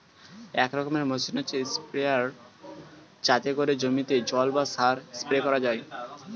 এক রকমের মেশিন হচ্ছে স্প্রেয়ার যাতে করে জমিতে জল বা সার স্প্রে করা যায়